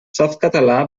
softcatalà